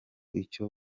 icyo